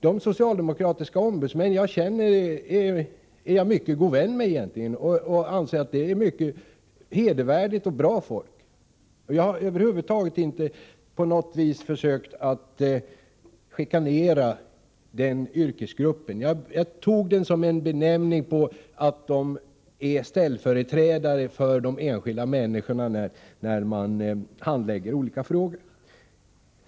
De socialdemokratiska ombudsmän som jag känner är jag god vän med och anser att de är mycket hedervärda och bra människor. Jag har över huvud taget inte på något vis försökt att chikanera den yrkesgruppen. Jag nämnde den som exempel på ställföreträdare för de enskilda människorna när man handlägger olika frågor.